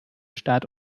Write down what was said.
start